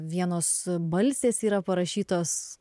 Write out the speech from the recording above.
vienos a balsės yra parašytos